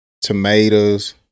tomatoes